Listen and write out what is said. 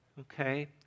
okay